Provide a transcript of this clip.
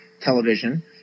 television